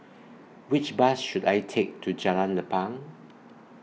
Which Bus should I Take to Jalan Lapang